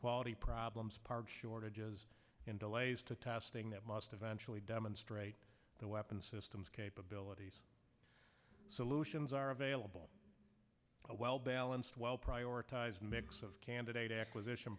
quality problems parts shortages and delays to testing that must eventually demonstrate the weapon systems capabilities solutions are available a well balanced well prioritized mix of candidate acquisition